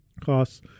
costs